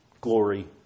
glory